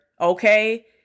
Okay